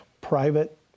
private